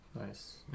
Nice